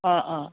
অঁ অঁ